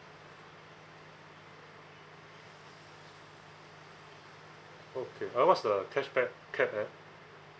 okay uh what's the cashback capped at